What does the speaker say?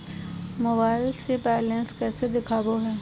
Mobile से balance कैसे देखाबो है?